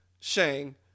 Shang